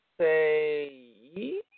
say